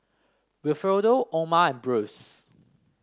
Wilfredo Oma and Bruce